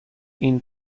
این